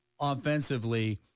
offensively